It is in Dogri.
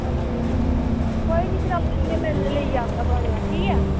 अच्छा अच्छा कोई निं भी अंऊ लेई जाह्गा थुआढ़े आ